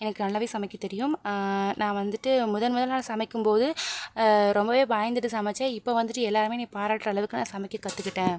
எனக்கு நல்லாவே சமைக்கத் தெரியும் நான் வந்துட்டு முதன்முதலாக சமைக்கும்போது ரொம்பவே பயந்துகிட்டு சமைச்சேன் இப்போ வந்துட்டு எல்லோருமே என்னை பாராட்டுகிற அளவுக்கு நான் சமைக்க கற்றுக்கிட்டேன்